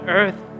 earth